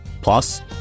Plus